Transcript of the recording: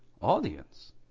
audience